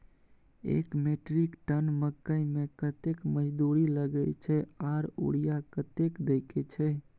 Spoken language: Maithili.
एक मेट्रिक टन मकई में कतेक मजदूरी लगे छै आर यूरिया कतेक देके छै?